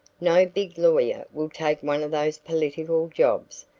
no big lawyer will take one of those political jobs.